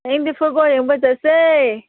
ꯍꯌꯦꯡꯗꯤ ꯐꯨꯠꯕꯣꯜ ꯌꯦꯡꯕ ꯆꯠꯁꯦ